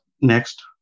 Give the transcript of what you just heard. next